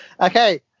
Okay